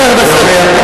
בסדר, בסדר.